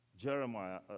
Jeremiah